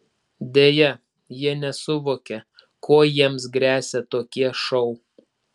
deja jie nesuvokia kuo jiems gresia tokie šou